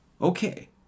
Okay